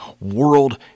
World